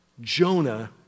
Jonah